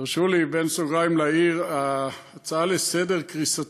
תרשו לי בסוגריים להעיר: ההצעה לסדר-היום